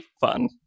fun